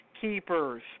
keepers